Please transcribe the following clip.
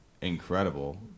incredible